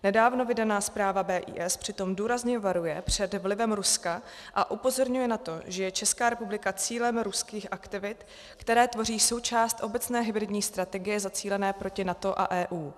Nedávno vydaná zpráva BIS přitom důrazně varuje před vlivem Ruska a upozorňuje na to, že je Česká republika cílem ruských aktivit, které tvoří součást obecné hybridní strategie zacílené proti NATO a EU.